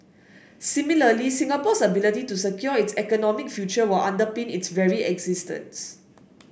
similarly Singapore's ability to secure its economic future will underpin its very existence